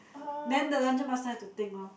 then the dungeon master have to think lor